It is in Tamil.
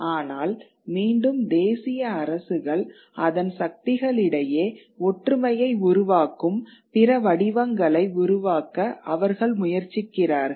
ஆனால் மீண்டும் தேசிய அரசுகள் அதன் சக்திகளிடையே ஒற்றுமையை உருவாக்கும் பிற வடிவங்களை உருவாக்க அவர்கள் முயற்சிக்கிறார்கள்